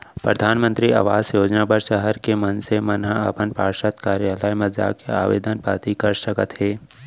परधानमंतरी आवास योजना बर सहर के मनसे मन ह अपन पार्षद कारयालय म जाके आबेदन पाती कर सकत हे